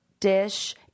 dish